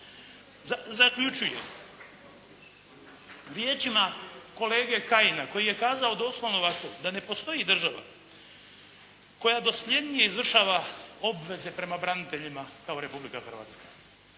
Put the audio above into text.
Zaključujem. Riječima kolege Kajina koji je kazao doslovno ovako: da ne postoji Država koja dosljednije izvršava obveze prema braniteljima kao Republika Hrvatskea.